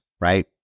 right